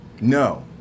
No